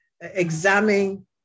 examine